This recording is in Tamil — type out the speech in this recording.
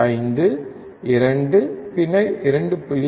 5 2 பின்னர் 2